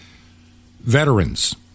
veterans